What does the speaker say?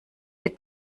wir